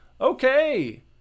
Okay